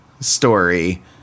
story